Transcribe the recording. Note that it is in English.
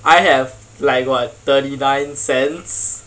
I have like what thirty nine cents